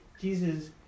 Jesus